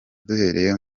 duhereye